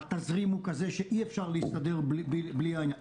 התזרים הוא כזה שאי-אפשר להסתדר בלי העניין הזה.